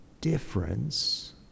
difference